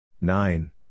nine